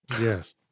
Yes